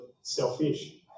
selfish